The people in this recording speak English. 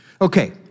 Okay